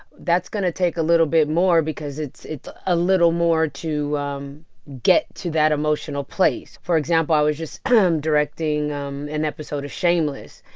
that's going to take a little bit more because it's a ah little more to um get to that emotional place. for example, i was just um directing um an episode of shameless.